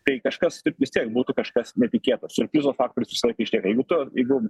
tai kažkas vis tiek būtų kažkas netikėto siurprizo faktorius visą laiką išlieka jeigu tu jeigu